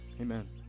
Amen